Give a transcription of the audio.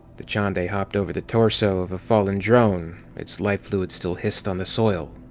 dachande hopped over the torso of a fallen drone its life fluid still hissed on the soil.